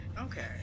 okay